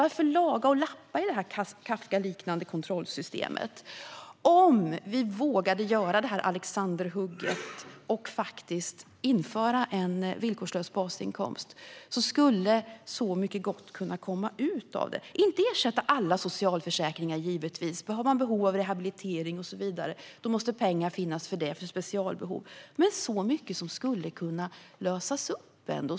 Varför laga och lappa i det här Kafkaliknande kontrollsystemet? Om vi vågade göra det här alexanderhugget och faktiskt införa en villkorslös basinkomst skulle så mycket gott kunna komma ut av det. Givetvis handlar det inte om att ersätta alla socialförsäkringar, för har man behov av rehabilitering och andra speciella behov måste pengar finnas för det. Men så mycket som skulle kunna lösas upp ändå!